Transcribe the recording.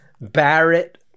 Barrett